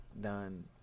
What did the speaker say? done